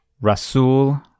Rasul